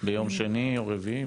ביום שני או רביעי?